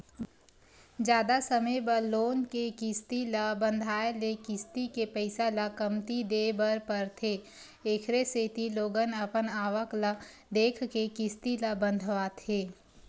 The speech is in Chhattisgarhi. जादा समे बर लोन के किस्ती ल बंधाए ले किस्ती के पइसा ल कमती देय बर परथे एखरे सेती लोगन अपन आवक ल देखके किस्ती ल बंधवाथे